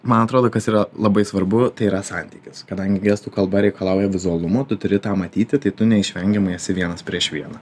man atrodo kas yra labai svarbu tai yra santykis kadangi gestų kalba reikalauja vizualumo tu turi tą matyti tai tu neišvengiamai esi vienas prieš vieną